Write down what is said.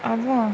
அதா:atha